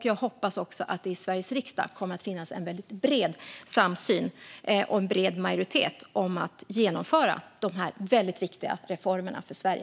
Jag hoppas också att det i Sveriges riksdag kommer att finnas en bred samsyn och en bred majoritet för att genomföra de viktiga reformerna för Sverige.